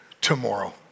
tomorrow